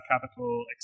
Capital